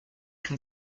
can